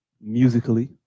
musically